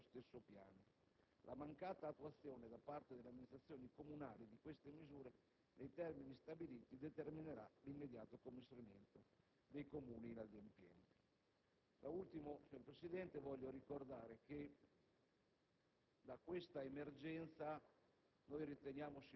avranno poi a disposizione sessanta giorni per la realizzazione dello stesso piano. La mancata attuazione da parte delle amministrazioni comunali di queste misure nei termini stabiliti, determinerà l'immediato commissariamento dei Comuni inadempienti. Da ultimo, signor Presidente, vorrei ricordare che